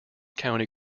county